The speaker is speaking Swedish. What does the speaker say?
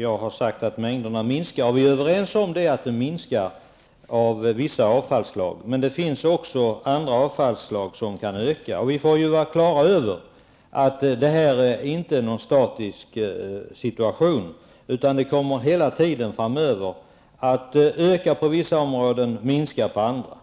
jag har sagt att mängderna minskar. Vi är överens om att mängderna av vissa avfallsslag minskar. Men det finns också andra avfallsslag som kan öka. Och vi får vara klara över att detta inte är någon statisk situation, utan avfallet kommer hela tiden framöver att öka på vissa områden och minska på andra.